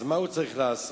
אז מה הוא צריך לעשות?